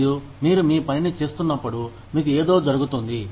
మరియు మీరు మీ పనిని చేస్తున్నప్పుడు మీకు ఏదో జరుగుతుంది